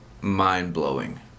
mind-blowing